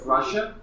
Russia